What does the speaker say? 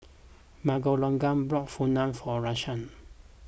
Miguelangel bought Pho for Rashaan